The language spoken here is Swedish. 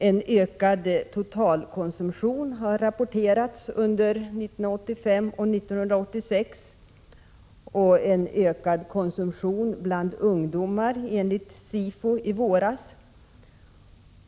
En ökad totalkonsumtion har rapporterats under 1985 och 1986 och en ökad konsumtion bland ungdomar enligt SIFO i våras.